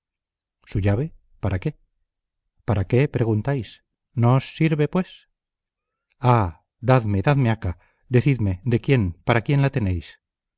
su llave para qué para qué preguntáis no os sirve pues ah dadme dadme acá decidme de quién para quién la tenéis